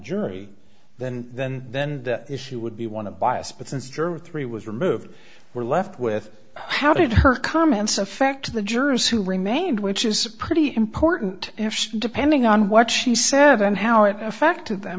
jury then then then that issue would be one of bias but since german three was removed we're left with how did her comments affect the jurors who remained which is a pretty important question depending on what she said and how it affected them